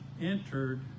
entered